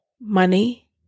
money